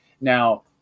Now